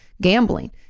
gambling